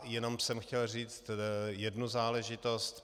Jen jsem chtěl říci jednu záležitost.